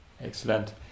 Excellent